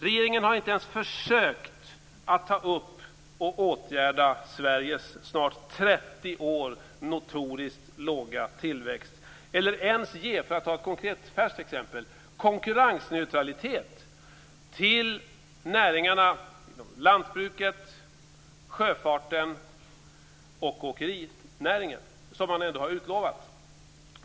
Regeringen har inte ens försökt att ta upp och åtgärda Sveriges under snart 30 år notoriskt låga tillväxt eller ens - för att ta ett konkret färskt exempel - ge konkurrensneutralitet till näringar som lantbruket och sjöfarten och åkerinäringen, som man ändå har utlovat.